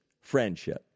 friendship